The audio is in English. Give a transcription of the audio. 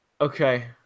Okay